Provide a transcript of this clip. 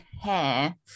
hair